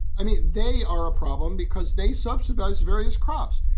i mean, they are a problem because they subsidize various crops.